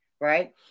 right